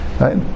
right